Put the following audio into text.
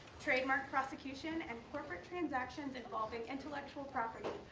trademark prosecution, and corporate transactions involving intellectual property,